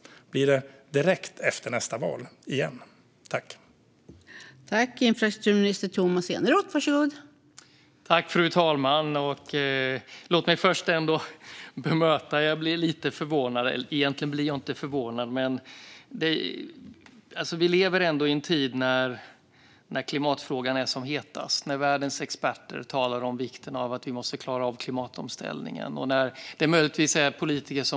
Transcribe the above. Blir det direkt efter nästa val igen?